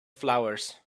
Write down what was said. flowers